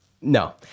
No